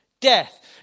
death